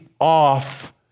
off